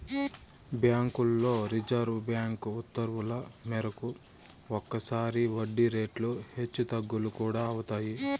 బ్యాంకుల్లో reserve bank ఉత్తర్వుల మేరకు ఒక్కోసారి వడ్డీ రేట్లు హెచ్చు తగ్గులు కూడా అవుతాయి